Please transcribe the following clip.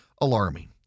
Alarming